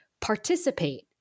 participate